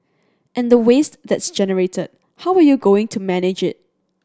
and the waste that's generated how are you going to manage it